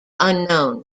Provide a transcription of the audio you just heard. unknown